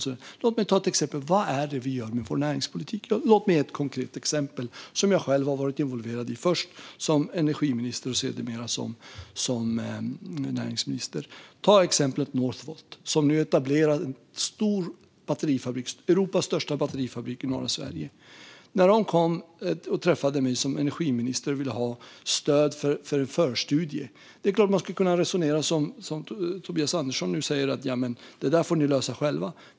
Låt mig därför ge ett exempel på vad vi gör med vår näringspolitik. Det är ett konkret exempel som jag själv har varit involverad i, först som energiminister och sedermera som näringsminister. Det gäller Northvolt, som nu etablerar en stor batterifabrik, Europas största batterifabrik, i norra Sverige. De träffade mig som energiminister och ville ha stöd för en förstudie. Det är klart att man skulle kunna resonera som Tobias Andersson och säga: Ja, men det får ni lösa själva.